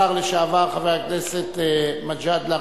השר לשעבר, חבר הכנסת מג'אדלה.